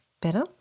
better